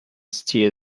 steer